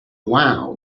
wow